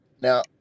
Now